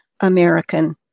American